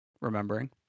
remembering